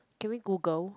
can we google